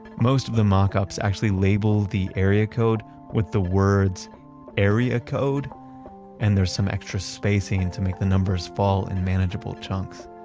most of the mark-ups actually label the area codes with the words area code and there's some extra spacing and to make the numbers fall in manageable chunks.